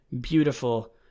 beautiful